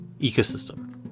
ecosystem